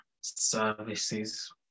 services